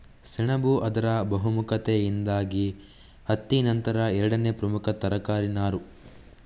ಸೆಣಬು ಅದರ ಬಹುಮುಖತೆಯಿಂದಾಗಿ ಹತ್ತಿ ನಂತರ ಎರಡನೇ ಪ್ರಮುಖ ತರಕಾರಿ ನಾರು